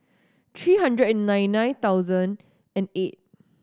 three hundred and ninety nine thousand and eight